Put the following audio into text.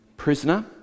prisoner